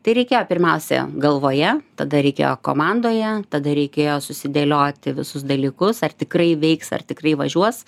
tai reikėjo pirmiausia galvoje tada reikėjo komandoje tada reikėjo susidėlioti visus dalykus ar tikrai veiks ar tikrai važiuos